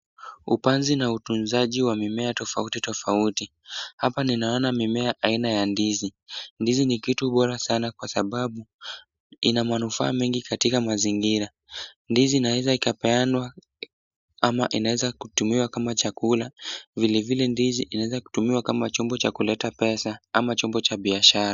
Upanzi na utunzaji wa mimea tofauti tofauti. Hapa ninaona mimea aina ya ndizi. Ndizi ni kitu bora sana kwa sababu ina manufaa mengi katika mazingira. Ndizi inaweza ikapeanwa ama inaweza kutumiwa kama chakula. Vilevile ndizi inaweza tumiwa kama chombo cha kuleta pesa au chombo cha biashara.